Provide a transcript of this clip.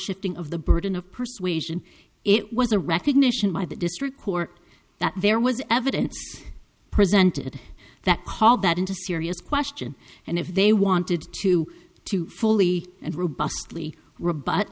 shifting of the burden of persuasion it was a recognition by the district court that there was evidence presented that call that into serious question and if they wanted to to fully and robu